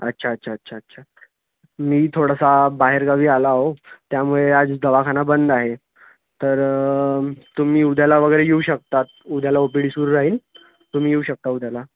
अच्छा अच्छा अच्छा अच्छा मी थोडासा बाहेरगावी आलाव त्यामुळे आज दवाखाना बंद आहे तर तुम्ही उद्याला वगैरे येऊ शकतात उद्याला ओ पी डी सुरू राहील तुम्ही येऊ शकता उद्याला